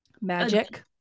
magic